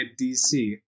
dc